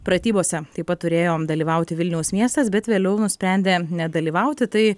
pratybose taip pat turėjo dalyvauti vilniaus miestas bet vėliau nusprendė nedalyvauti tai